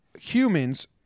humans